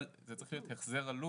זה צריך להיות החזר עלות.